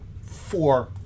four